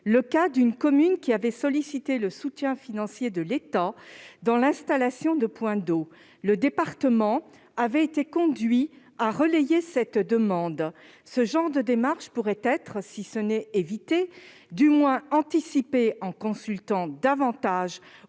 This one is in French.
le cas d'une commune qui avait sollicité le soutien financier de l'État pour l'installation de points d'eau. Le département avait été conduit à relayer cette demande. De semblables démarches pourraient être, sinon évitées, du moins anticipées, par une plus large